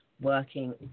working